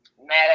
mad